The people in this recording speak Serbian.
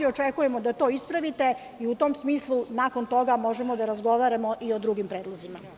Očekujemo da to ispravite i u tom smislu, nakon toga možemo da razgovaramo i o drugim predlozima.